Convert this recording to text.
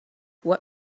what